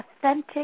authentic